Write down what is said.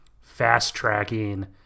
fast-tracking